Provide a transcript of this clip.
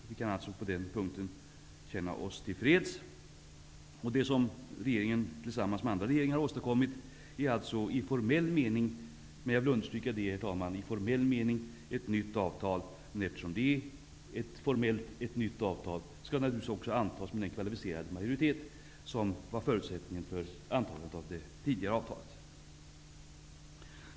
Vi kan alltså på den punkten känna oss till freds. Det som regeringen tillsammans med andra regeringar har åstadkommit är alltså i formell mening, jag vill betona det, herr talman, ett nytt avtal. Eftersom det formellt är ett nytt avtal skall det naturligtvis också antas med den kvalificerade majoritet som var förutsättningen för antagandet av det tidigare avtalet.